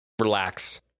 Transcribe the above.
relax